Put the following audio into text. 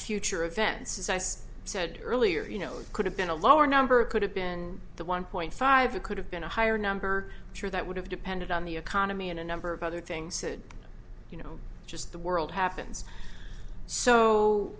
future events as ice said earlier you know it could have been a lower number could have been the one point five a could have been a higher number sure that would have depended on the economy and a number of other things that you know just the world happens so